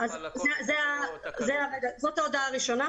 זאת ההודעה הראשונה.